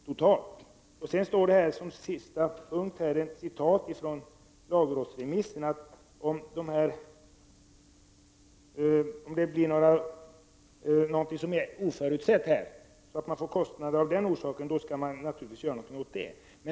Som sista punkt i svaret tar bostadsministern upp ett citat ifrån lagrådsremissen där det sägs att om något oförutsett inträffar som leder till kostnader, skall man göra något åt det.